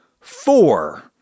four